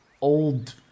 old